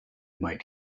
might